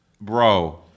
bro